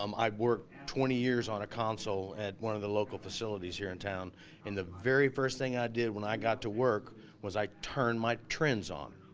um i worked twenty years on a console at one of the local facilities here in town and the very first thing i did when i got to work was i turned my trends on,